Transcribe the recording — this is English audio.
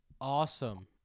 awesome